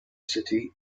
city